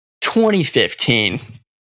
2015